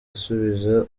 asubiza